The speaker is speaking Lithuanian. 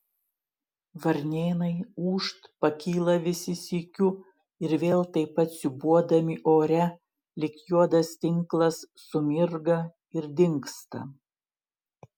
varnėnai ūžt pakyla visi sykiu ir vėl taip pat siūbuodami ore lyg juodas tinklas sumirga ir dingsta